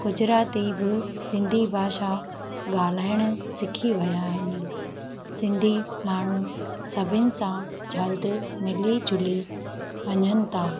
गुजराती ब सिंधी भाषा ॻाल्हाइणु सिखी विया आहिनि सिंधी माण्हूं सभिनी सां जल्द मिली ज़ुली वञनि था